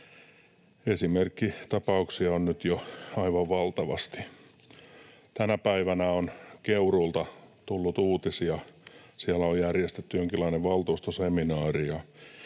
Esimerkkitapauksia on nyt jo aivan valtavasti. Tänä päivänä on Keuruulta tullut uutisia. Siellä on järjestetty jonkinlainen valtuustoseminaari,